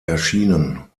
erschienen